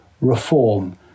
reform